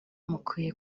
mukwiye